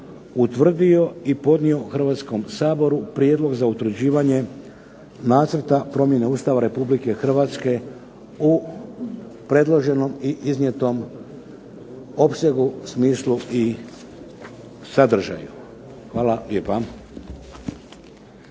utvrdio i podnio Hrvatskom saboru prijedlog za utvrđivanje Nacrta promjene Ustava Republike Hrvatske u predloženom i iznijetom opsegu, smislu i sadržaju. Hvala lijepa.